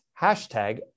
hashtag